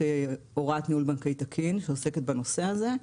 הוראת ניהול בנקאי תקין שעוסקת בנושא הזה,